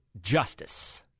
justice